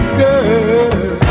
girl